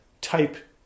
type